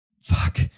Fuck